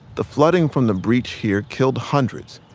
the flooding from the breach here killed hundreds,